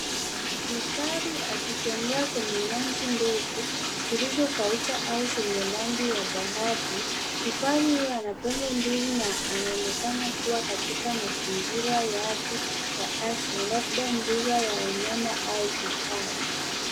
Kifaru akitembea kwenye nyasi ndefu zilizokauka au zenye rangi ya dhahabu. Kifaru huyu ana pembe mbili na anaonekana kuwa katika mazingira yake ya asili, labda mbuga ya wanyama au hifadhi.